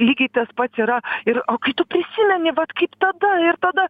lygiai tas pat yra ir o kai tu prisimeni vat kaip tada ir tada